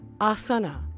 asana